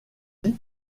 lui